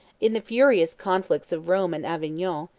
in the furious conflicts of rome and avignon,